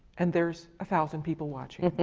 and there's a thousand people watching.